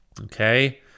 Okay